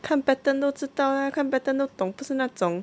看 pattern 都知道 ah 看 pattern 都懂不是那种